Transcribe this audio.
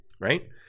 right